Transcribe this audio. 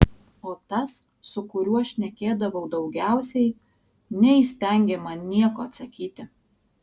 o tas su kuriuo šnekėdavau daugiausiai neįstengė man nieko atsakyti